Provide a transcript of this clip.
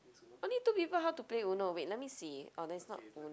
uno only two people how to play Uno wait let me see oh then it's not Uno